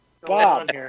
Bob